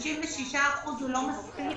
96% זה לא מספיק.